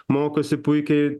mokosi puikiai